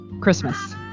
Christmas